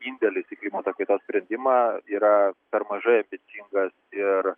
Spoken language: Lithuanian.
indėlis į klimato kaitos sprendimą yra per mažai ambicingas ir